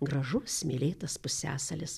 gražus smėlėtas pusiasalis